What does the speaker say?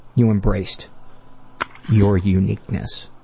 you embraced your uniqueness